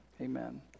Amen